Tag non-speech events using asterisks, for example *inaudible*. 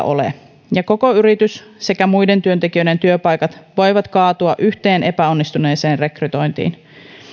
*unintelligible* ole ja koko yritys sekä muiden työntekijöiden työpaikat voivat kaatua yhteen epäonnistuneeseen rekrytointiin